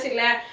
last